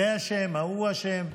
זה אשם, ההוא אשם.